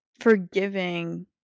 forgiving